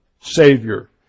Savior